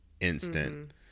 instant